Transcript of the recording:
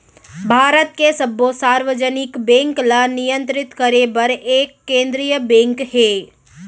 भारत के सब्बो सार्वजनिक बेंक ल नियंतरित करे बर एक केंद्रीय बेंक हे